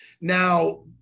Now